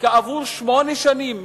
וכעבור שמונה שנים,